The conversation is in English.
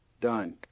Done